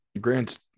Grant's